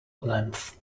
length